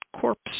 corpse